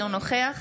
אינו נוכח